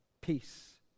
Peace